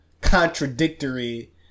contradictory